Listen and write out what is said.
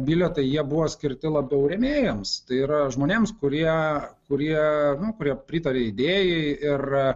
bilietai jie buvo skirti labiau rėmėjams tai yra žmonėms kurie kurie kurie pritarė idėjai ir